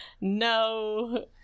No